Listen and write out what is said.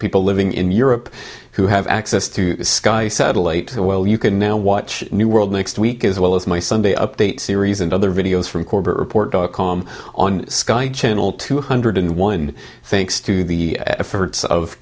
people living in europe who have access to the sky satellite well you can now watch new world next week as well as my sunday update series and other videos from corbettreport com on sky channel two hundred and one thanks to the efforts of